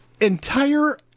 entire